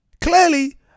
Clearly